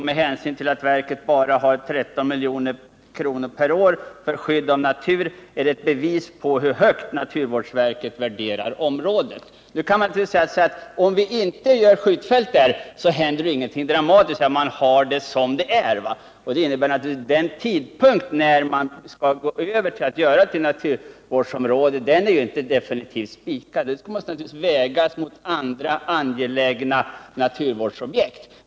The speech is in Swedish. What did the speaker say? Med hänsyn till att verket bara har 13 miljoner per år för skydd av natur är det ett bevis på hur 117 Onsdagen den Man kan säga att om vi inte anlägger ett skjutfält på området, så händer 6 december 1978 ingetdramatiskt utan man har det som det nu är. Det innebär naturligtvis att den tidpunkt när man skall göra området till naturvårdsområde inte är definitivt spikad. Bjärsjö måste naturligtvis vägas mot andra angelägna naturvårdsprojekt.